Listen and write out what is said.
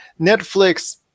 Netflix